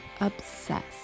Obsessed